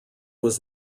was